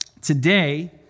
today